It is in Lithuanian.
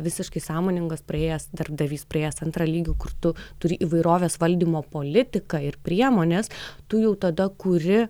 visiškai sąmoningas praėjęs darbdavys priėjęs antrą lygį kur tu turi įvairovės valdymo politiką ir priemones tu jau tada kuri